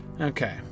Okay